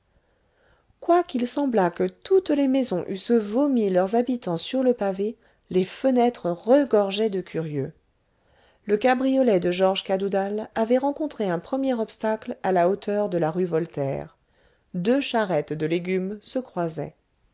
quoiqu'il semblât que toutes les maisons eussent vomi leurs habitants sur le pavé les fenêtres regorgeaient de curieux le cabriolet de georges cadoudal avait rencontré un premier obstacle à la hauteur de la rue voltaire deux charrettes de légumes se croisaient